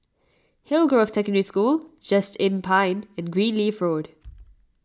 Hillgrove Secondary School Just Inn Pine and Greenleaf Road